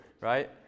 Right